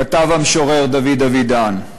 כתב המשורר דוד אבידן.